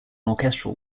orchestral